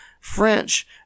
French